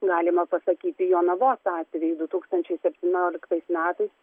galima pasakyti jonavos atveju du tūkstančiai septynioliktais metais